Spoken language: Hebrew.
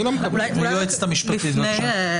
היועצת המשפטית, בבקשה.